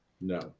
No